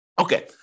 Okay